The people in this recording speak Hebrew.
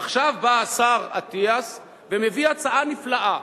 ועכשיו בא השר אטיאס ומביא הצעה נפלאה,